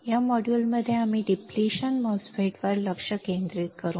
या मॉड्यूलमध्ये आम्ही डिप्लेशन होणाऱ्या MOSFET वर लक्ष केंद्रित करू